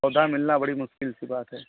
पौधा मिलना बड़ी मुश्किल की बात है